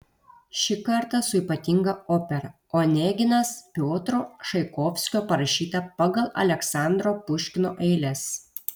šį kartą su ypatinga opera oneginas piotro čaikovskio parašyta pagal aleksandro puškino eiles